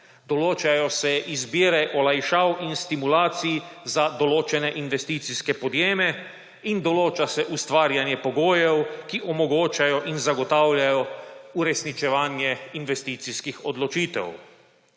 določajo se izbire olajšav in stimulacij za določene investicijske podjeme in določa se ustvarjanje pogojev, ki omogočajo in zagotavljajo uresničevanje investicijskih odločitev.